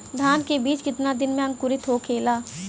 धान के बिज कितना दिन में अंकुरित होखेला?